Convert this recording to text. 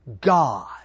God